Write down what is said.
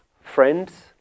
friends